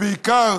בעיקר